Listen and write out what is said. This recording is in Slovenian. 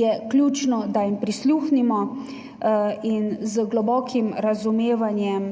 je ključno, da jim prisluhnemo in z globokim razumevanjem